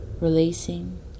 releasing